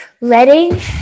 letting